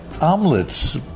omelets